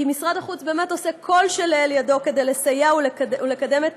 כי משרד החוץ באמת עושה כל שלאל ידו כדי לסייע ולקדם את